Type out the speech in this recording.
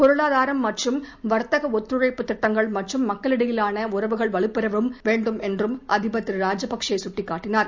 பொருளாதாரம் மற்றும் வர்த்தக ஒத்துழைப்பு திட்டங்கள் மற்றும் மக்களிடையிலான உறவுகள் வலுப்பெறவும் வேண்டும் என்று அதிபர் திரு ராஜபக்சே சுட்டிக்காட்டினார்